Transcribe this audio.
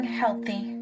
healthy